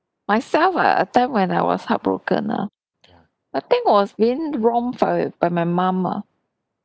myself ah a time when I was heartbroken ah I think was when being wronged for by my mum ah